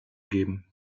geben